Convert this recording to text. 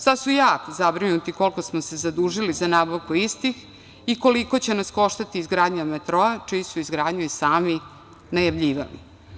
Sad su jako zabrinuti koliko smo se zadužili za nabavku istih i koliko će nas koštati izgradnja metroa, čiju su izgradnju i sami najavljivali.